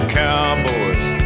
cowboys